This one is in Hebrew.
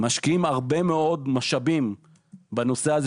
יש השקעה של הרבה מאוד משאבים בנושא הזה